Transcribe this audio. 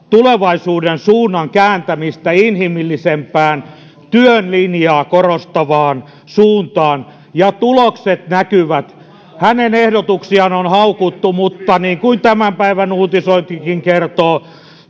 tulevaisuuden suunnan kääntämistä inhimillisempään työn linjaa korostavaan suuntaan ja tulokset näkyvät hänen ehdotuksiaan on haukuttu mutta niin kuin tämän päivän uutisointikin kertoo